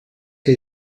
que